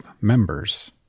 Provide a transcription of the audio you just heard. members